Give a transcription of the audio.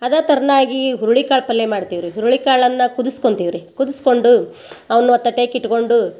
ಅದೇ ಥರ್ನಾಗಿ ಹುರುಳಿಕಾಳು ಪಲ್ಲೆ ಮಾಡ್ತೀವಿ ರೀ ಹುರುಳಿಕಾಳನ್ನ ಕುದಸ್ಕೊಂತೀವಿ ರೀ ಕುದಸ್ಕೊಂಡು ಅವ್ನು ಆ ತಟ್ಟೆಗೆ ಇಟ್ಕೊಂಡು